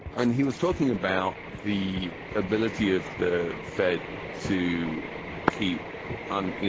and he was talking about the ability of the fed to keep on, you